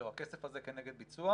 לא, הכסף הזה כנגד ביצוע.